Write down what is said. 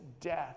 death